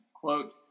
Quote